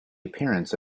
appearance